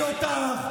שמעתי אותך.